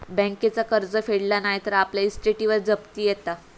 बँकेचा कर्ज फेडला नाय तर आपल्या इस्टेटीवर जप्ती येता